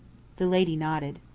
the lady nodded.